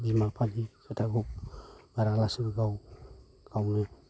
बिमा बिफानि खोथाखौ बारा लासिनो गाव गावनो